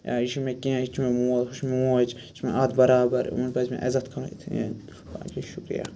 یہِ چھُ مےٚ کینٛہہ یہِ چھُ مےٚ مول ہُہ چھُ مےٚ موج یہِ چھِ مےٚ اَتھ بَرابَر یِمَن پَزِ مےٚ عزت کَرُن باقٕے شُکریہ